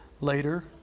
later